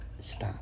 stop